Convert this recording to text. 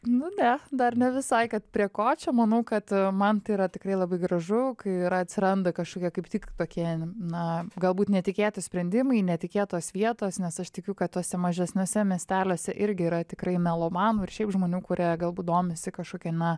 nu ne dar ne visai kad prie ko čia manau kad man tai yra tikrai labai gražu kai ir atsiranda kažkokie kaip tik tokie na galbūt netikėti sprendimai netikėtos vietos nes aš tikiu kad tuose mažesniuose miesteliuose irgi yra tikrai melomanų ir šiaip žmonių kurie galbūt domisi kažkokia na